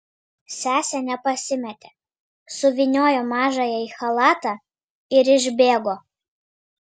sesė nepasimėtė suvyniojo mažąją į chalatą ir išbėgo